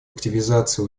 активизации